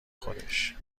خودش